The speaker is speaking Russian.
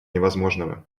невозможного